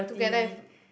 together with